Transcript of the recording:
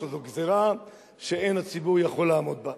שזו גזירה שאין הציבור יכול לעמוד בה.